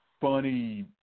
funny